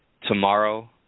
tomorrow